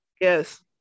yes